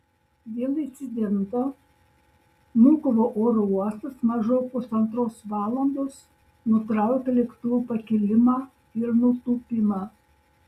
dėl incidento vnukovo oro uostas maždaug pusantros valandos nutraukė lėktuvų pakilimą ir nutūpimą